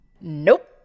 Nope